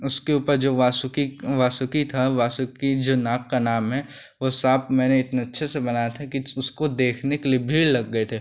उसके ऊपर जो वासुकी वासुकी था वासुकी जो नाग का नाम है वह साँप मैंने इतने अच्छे से बनाया था कि उसको देखने के लिए भीड़ लग गई थी